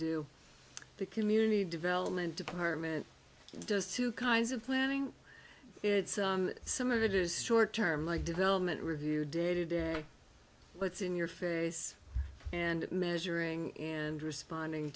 do the community development department does two kinds of planning some of it is short term like development review day to day what's in your face and measuring and responding